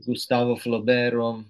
gustavo flobero